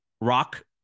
Rock